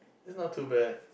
that's not too bad